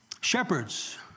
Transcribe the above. Shepherds